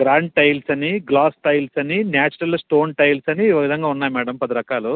grand tiles అని glass tiles అని natural stone tiles అని ఆ విధంగా ఉన్నాయి మేడం పది రకాలు